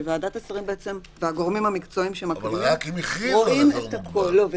שוועדת השרים והגורמים המקצועיים שמקבילים רואים את הכול.